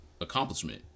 accomplishment